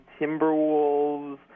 Timberwolves